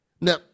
Now